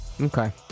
Okay